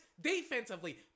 defensively